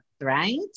right